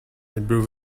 improve